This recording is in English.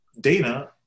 Dana